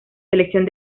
selección